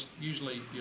usually